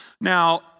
Now